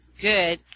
good